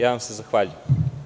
Ja vam se zahvaljujem.